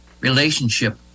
relationship